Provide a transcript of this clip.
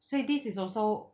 所以 this is also